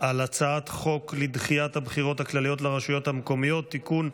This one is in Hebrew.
על הצעת חוק לדחיית הבחירות הכלליות לרשויות המקומיות (תיקון),